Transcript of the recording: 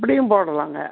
அப்படியும் போடலாங்க